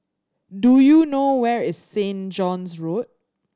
do you know where is Saint John's Road